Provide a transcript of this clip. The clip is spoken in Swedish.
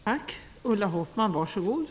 Fru talman! Jag tackar för det svaret.